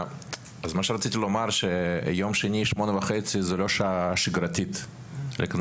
אז מה שרציתי לומר שיום שני שמונה וחצי זו לא שעה שגרתית בכנסת.